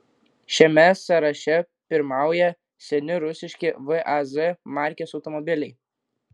šiame sąraše pirmauja seni rusiški vaz markės automobiliai